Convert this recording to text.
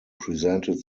presented